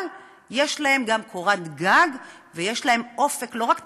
אבל יש להן גם קורת גג ויש להן אופק לא רק תעסוקתי,